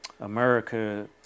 America